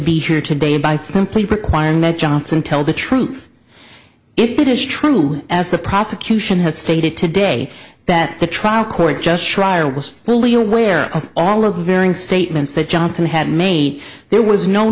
be here today by simply require no johnson tell the truth if it is true as the prosecution has stated today that the trial court just trial was fully aware of all of the varying statements that johnson had made there was no